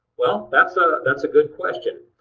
well that's ah that's a good question.